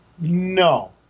No